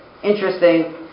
interesting